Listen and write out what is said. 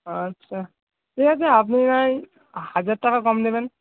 আচ্ছা ঠিকা আছে আপনি ওই হাজার টাকা কম দেবেন